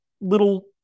little